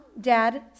dad